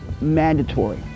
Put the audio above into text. mandatory